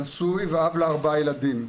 נשוי ואב לארבעה ילדים,